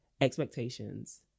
Expectations